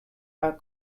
are